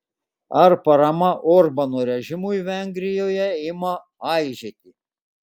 ar parama orbano režimui vengrijoje ima aižėti